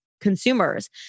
consumers